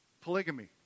Polygamy